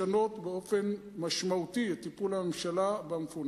אפשרות לשנות באופן משמעותי את טיפול הממשלה במפונים.